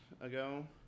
ago